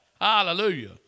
Hallelujah